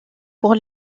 pour